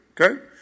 Okay